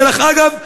דרך אגב,